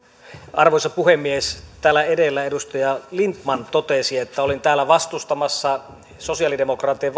arvoisa puhemies täällä edellä edustaja lindtman totesi että olin täällä vastustamassa sosialidemokraattien